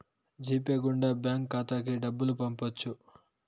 G Pay గుండా bank ఖాతాకి డబ్బులు పంపొచ్చు